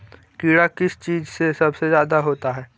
कीड़ा किस चीज से सबसे ज्यादा होता है?